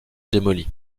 démoli